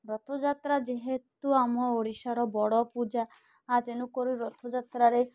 ରଥଯାତ୍ରା ଯେହେତୁ ଆମ ଓଡ଼ିଶାର ବଡ଼ ପୂଜା ତେଣୁକରି ରଥଯାତ୍ରାରେ